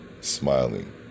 smiling